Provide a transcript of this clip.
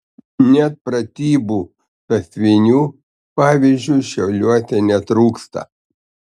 net pratybų sąsiuvinių pavyzdžiui šiauliuose netrūksta